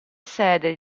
sede